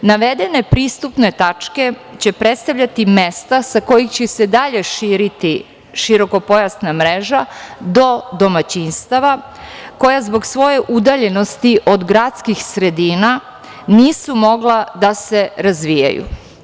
Navedene pristupne tačke će predstavljati mesta sa kojih će se dalje širiti širokopojasna mreža do domaćinstava, koja zbog svoje udaljenosti od gradskih sredina nisu mogla da se razvijaju.